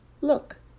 Look